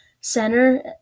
center